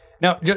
Now